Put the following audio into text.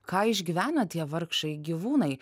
ką išgyvena tie vargšai gyvūnai